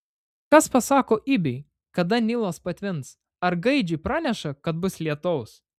kas pasako ibiui kada nilas patvins ar gaidžiui praneša kad bus lietaus